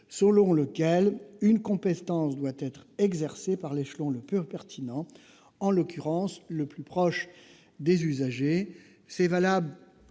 selon lequel une compétence doit être exercée par l'échelon le plus pertinent, en l'occurrence le plus proche des usagers.